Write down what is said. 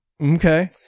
okay